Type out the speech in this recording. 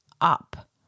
up